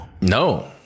No